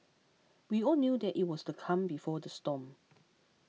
we all knew that it was the calm before the storm